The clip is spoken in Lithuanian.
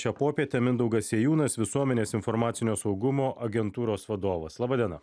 šią popietę mindaugas sėjūnas visuomenės informacinio saugumo agentūros vadovas laba diena